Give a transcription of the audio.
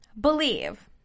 Believe